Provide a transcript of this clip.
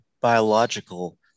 biological